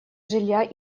жилья